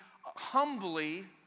humbly